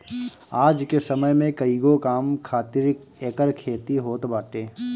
आज के समय में कईगो काम खातिर एकर खेती होत बाटे